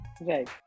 right